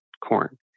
corn